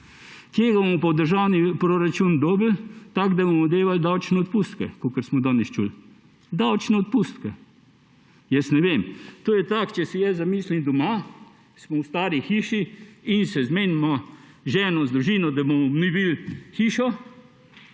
ga bomo pa v državni proračun dobili? Tako, da bomo dajali davčne odpustke, kakor smo danes slišali. Davčne odpustke. Jaz ne vem. To je tako, če si jaz zamislim doma, smo v stari hiši in se zmenimo z ženo, z družino, da bomo obnovili hišo,